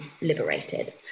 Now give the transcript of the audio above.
liberated